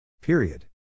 Period